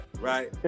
right